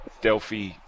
Delphi